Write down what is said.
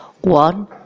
One